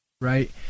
right